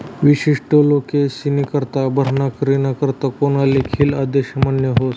विशिष्ट लोकेस्नीकरता भरणा करानी करता कोना लिखेल आदेश मान्य व्हस